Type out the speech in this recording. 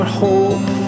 hope